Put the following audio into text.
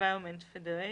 Environment Federation,